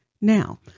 Now